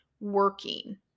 working